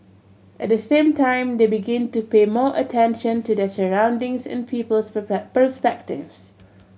at the same time they begin to pay more attention to their surroundings and people's perspectives